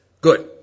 Good